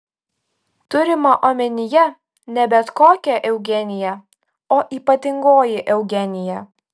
turima omenyje ne bet kokia eugenija o ypatingoji eugenija